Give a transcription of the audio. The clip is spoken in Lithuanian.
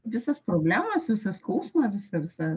visas problemas visą skausmą visą visą